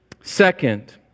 Second